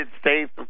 States